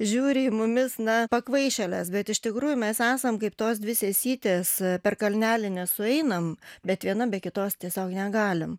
žiūri į mumis na pakvaišėlės bet iš tikrųjų mes esam kaip tos dvi sesytės per kalnelį nesueinam bet viena be kitos tiesiog negalim